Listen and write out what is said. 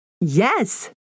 Yes